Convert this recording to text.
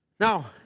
Now